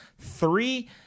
three